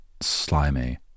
slimy